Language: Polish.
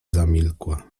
zamilkła